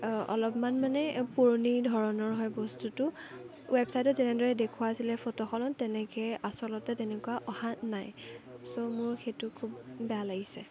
অলপমান মানে পুৰণি ধৰণৰ হয় বস্তুটো ৱেবচছাইটত যেনেদৰে দেখুওৱা আছিলে ফটোখনত তেনেকৈ আচলতে তেনেকুৱা অহা নাই ছ' মোৰ সেইটো খুব বেয়া লাগিছে